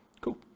Cool